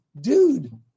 Dude